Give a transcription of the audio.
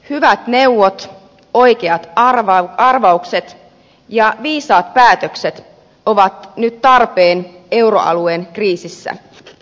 hyvät neuvot oikeat arvaukset ja viisaat päätökset ovat nyt tarpeen euroalueen kriisissä